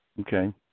okay